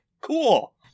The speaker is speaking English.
cool